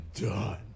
Done